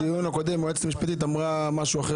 בדיון הקודם היועצת המשפטית אמרה משהו אחר